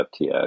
ftx